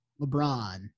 LeBron